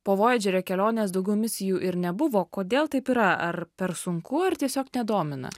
po vojadžerio kelionės daugiau misijų ir nebuvo kodėl taip yra ar per sunku ar tiesiog nedomina